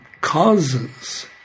causes